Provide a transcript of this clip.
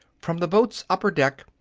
from the boat's upper deck,